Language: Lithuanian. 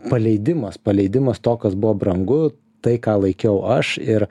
paleidimas paleidimas to kas buvo brangu tai ką laikiau aš ir